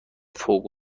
فوق